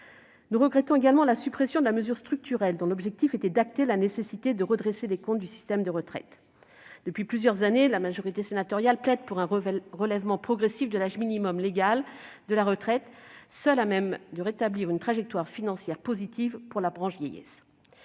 Nous regrettons également la suppression de la mesure structurelle dont l'objectif était d'acter la nécessité de redresser les comptes du système de retraite. Depuis plusieurs années, la majorité sénatoriale plaide pour un relèvement progressif de l'âge minimum légal de la retraite, seul à même de rétablir une trajectoire financière positive pour la branche vieillesse.